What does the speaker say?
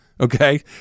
Okay